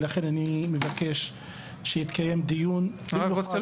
לכן אני מבקש שיתקיים דיון --- אני רק רוצה